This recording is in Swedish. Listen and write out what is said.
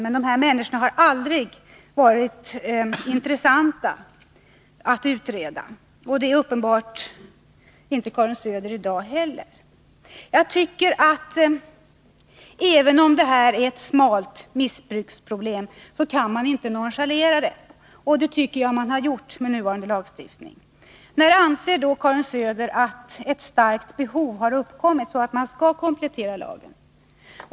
Men dessa människor har aldrig varit intressanta att utreda. Och det är uppenbart att Karin Söder inte heller i dag är intresserad av det. Jag tycker att även om detta är ett s.k. smalt missbruksproblem, så kan man inte nonchalera det. Och det tycker jag att man har gjort med nuvarande lagstiftning. När anser Karin Söder att ett starkt behov har uppkommit, så att lagen skall kompletteras?